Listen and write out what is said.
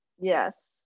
Yes